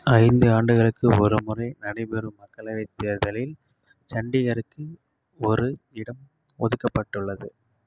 ஐந்து ஆண்டுகளுக்கு ஒருமுறை நடைபெறும் மக்களவைத் தேர்தலில் சண்டிகருக்கு ஒரு இடம் ஒதுக்கப்பட்டுள்ளது